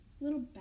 little